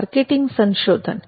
marketing સંશોધન